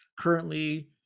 currently